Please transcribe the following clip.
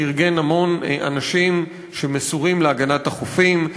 שארגן המון אנשים שמסורים להגנת החופים,